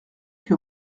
que